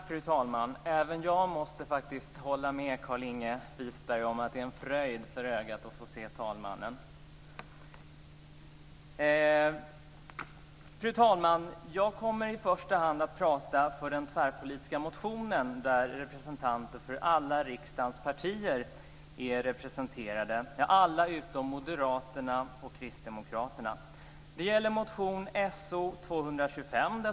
Fru talman! Jag måste hålla med Carlinge Wisberg om att det är en fröjd för ögat att se talmannen. Fru talman! Jag kommer i första hand att tala för den tvärpolitiska motion där representanter för alla riksdagens partier, utom Moderaterna och Kristdemokraterna, finns med - motion So225.